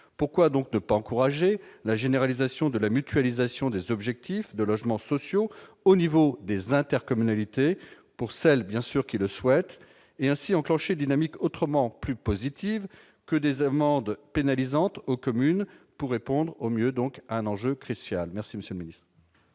pourquoi donc ne pas encourager la généralisation de la mutualisation des objectifs de logements sociaux au niveau des intercommunalités pour celles bien sûr qui le souhaitent et ainsi enclenché dynamique autrement plus positive que des amendes pénalisantes aux communes pour répondre au mieux, donc un enjeu Christiane, merci Monsieur miss.